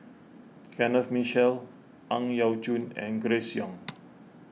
Kenneth Mitchell Ang Yau Choon and Grace Young